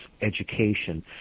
education